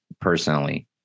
personally